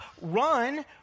Run